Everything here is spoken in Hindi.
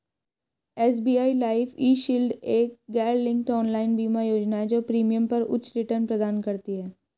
एस.बी.आई लाइफ ई.शील्ड एक गैरलिंक्ड ऑनलाइन बीमा योजना है जो प्रीमियम पर उच्च रिटर्न प्रदान करती है